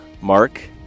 Mark